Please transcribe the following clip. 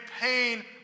pain